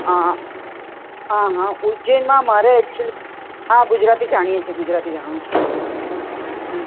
હ હ હાહા ઉજ્જૈનમાં મારે એકચ્યુલી હા ગુજરાતી જાણીએ છીએ ગુજરાતી જાણું છું હ